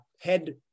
head